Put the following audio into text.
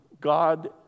God